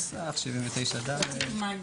אם אנחנו מדברים למשל על מסמך Certificate Free Sale.